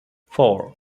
four